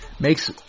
Makes